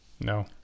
No